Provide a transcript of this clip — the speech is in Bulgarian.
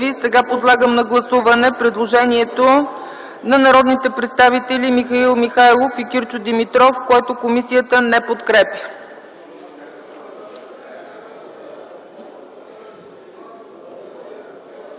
Подлагам на гласуване предложението от народните представители Михаил Михайлов и Кирчо Димитров, което комисията не подкрепя.